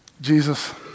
Jesus